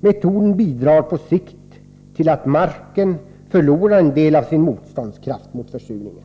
Metoden bidrar på sikt till att marken förlorar en del av sin motståndskraft mot försurningen.